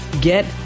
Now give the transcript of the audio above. Get